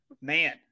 Man